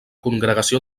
congregació